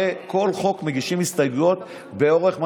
הרי על כל חוק מגישים הסתייגויות באורך הגלות,